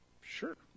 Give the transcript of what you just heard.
sure